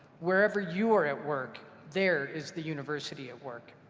wherever you are at work, there is the university at work.